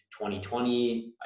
2020